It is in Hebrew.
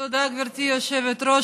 תודה, גברתי היושבת-ראש.